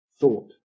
thought